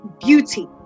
beauty